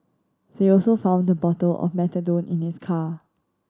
they also found a bottle of methadone in his car